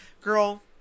girl